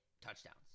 touchdowns